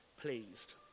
pleased